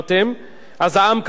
אז העם כמובן טועה,